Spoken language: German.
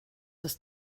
des